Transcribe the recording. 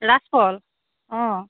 অঁ